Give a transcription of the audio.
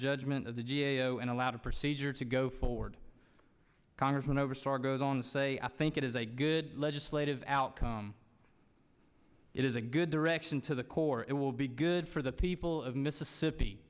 judgment of the g a o and a lot of procedure to go forward congressman oberstar goes on to say i think it is a good legislative outcome it is a good direction to the core it will be good for the people of mississippi